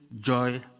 joy